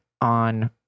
on